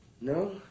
No